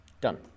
done